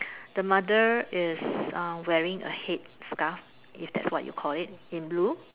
the mother is uh wearing a head scarf if that's what you call it in blue